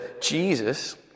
Jesus